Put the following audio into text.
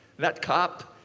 that cop,